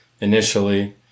initially